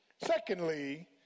Secondly